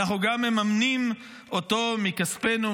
אנחנו גם מממנים אותו מכספנו,